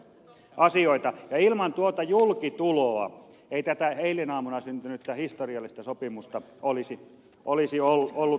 ja ilman tuota julkituloa ei tätä eilen aamulla syntynyttä historiallista sopimusta olisi ollut ollenkaan